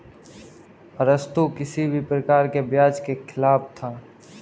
अरस्तु किसी भी प्रकार के ब्याज के खिलाफ था